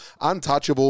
Untouchable